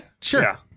Sure